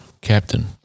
Captain